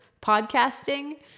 podcasting